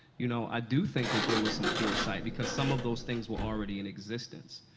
you know, i do think that there was some foresight because some of those things were already in existence.